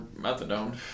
methadone